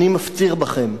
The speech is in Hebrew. אני מפציר בכם: